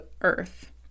earth